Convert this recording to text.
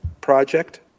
Project